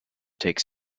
take